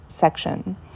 section